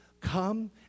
come